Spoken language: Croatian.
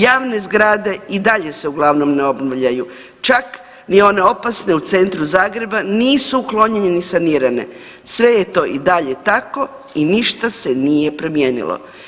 Javne zgrade i dalje se uglavnom ne obnavljaju čak ni one opasne u centru Zagreba nisu uklonjene, ni sanirane, sve je to i dalje tako i ništa se nije promijenilo.